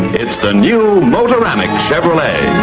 it's the new motoramic chevrolet.